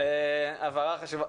הבהרה חשובה.